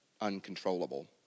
uncontrollable